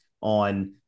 on